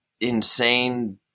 insane